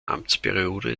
amtsperiode